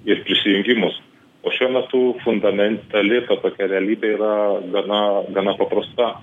ir prisijungimus o šiuo metu fundamentali ta tokia realybė yra gana gana paprasta